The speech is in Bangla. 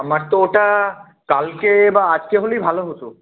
আমার তো ওটা কালকে বা আজকে হলেই ভালো হতো